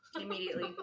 Immediately